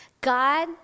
god